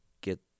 get